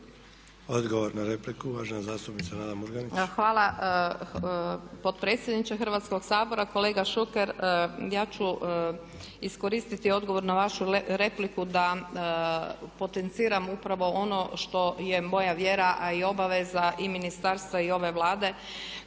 Odgovor na repliku, uvažena zastupnica Nada Murganić. **Murganić, Nada (HDZ)** Hvala potpredsjedniče Hrvatskog sabora. Kolega Šuker, ja ću iskoristiti odgovor na vašu repliku da potenciram upravo ono što je moja vjera a i obaveza i ministarstva i ove Vlade